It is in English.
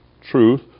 truth